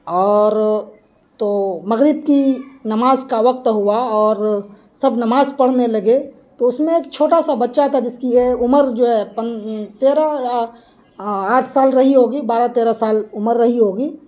اور تو مغرب کی نماز کا وقت ہوا اور سب نماز پڑھنے لگے تو اس میں ایک چھوٹا سا بچہ تھا جس کی ہے عمر جو ہے تیرہ یا آٹھ سال رہی ہوگی بارہ تیرہ سال عمر رہی ہوگی